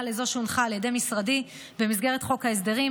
לזו שהונחה על ידי משרדי במסגרת חוק ההסדרים,